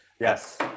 Yes